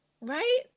Right